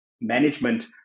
management